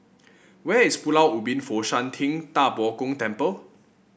where is Pulau Ubin Fo Shan Ting Da Bo Gong Temple